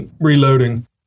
reloading